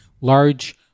large